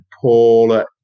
Paul